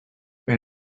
when